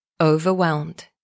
overwhelmed